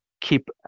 keep